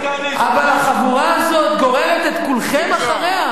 אבל החבורה הזאת גוררת את כולכם אחריה,